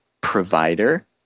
provider